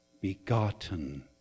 begotten